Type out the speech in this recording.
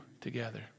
together